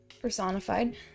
personified